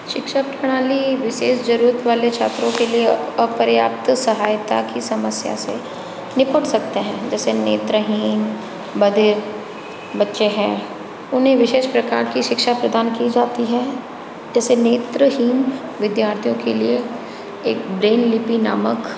शिक्षा प्रणाली विशेष जरुरत वाले छात्रों के लिए अपर्याप्त सहायता की समस्या से निपट सकते हैं जैसे नेत्रहीन बाधिर बच्चे हैं उन्हें विशेष प्रकार की शिक्षा प्रदान की जाती हैं जैसे नेत्रहीन विद्यार्थीयों के लिए एक ब्रेन लिपि नामक